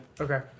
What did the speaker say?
Okay